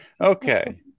Okay